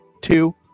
two